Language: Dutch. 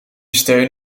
steun